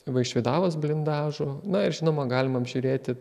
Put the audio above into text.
vaišvydavos blindažu na ir žinoma galima apžiūrėti